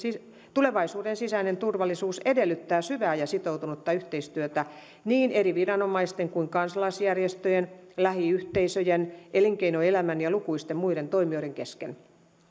tulevaisuuden sisäinen turvallisuus edellyttää syvää ja sitoutunutta yhteistyötä niin eri viranomaisten kuin kansalaisjärjestöjen lähiyhteisöjen elinkeinoelämän ja lukuisten muiden toimijoiden kesken